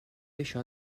això